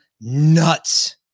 nuts